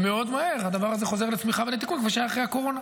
ומאוד מהר הדבר הזה חוזר לצמיחה ולתיקון כפי שהיה אחרי הקורונה.